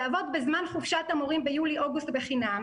יעבוד בזמן חופשת המורים ביולי-אוגוסט בחינם,